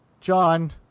John